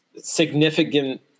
significant